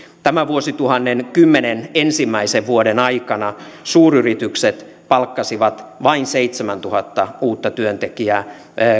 tämän vuosituhannen kymmenen ensimmäisen vuoden aikana suuryritykset palkkasivat vain seitsemäntuhatta uutta työntekijää